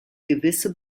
gewisse